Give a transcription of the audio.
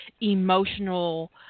emotional